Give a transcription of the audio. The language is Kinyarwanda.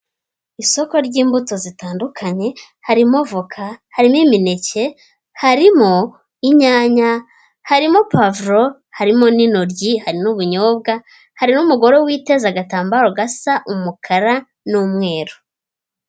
Isoko ry'imbuto zitandukanye, harimo avoka harimo imineke, harimo inyanya, harimo puwavuro, harimo n'intoryi, hari n'ubunyobwa, hari n'umugore witeza agatambaro gasa umukara n'umweru.